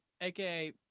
aka